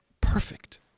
Perfect